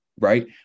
right